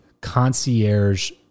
concierge